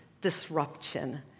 disruption